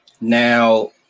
now